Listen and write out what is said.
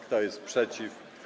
Kto jest przeciw?